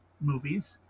movies